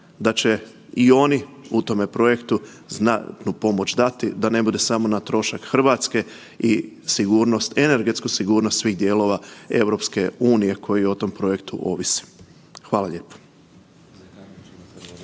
da će i oni u tome projektu znatnu pomoć dati da ne bude samo na trošak Hrvatske i sigurnost, energetsku sigurnost svih dijelova EU koji o tome projektu ovise. Hvala lijepo.